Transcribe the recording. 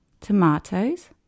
Tomatoes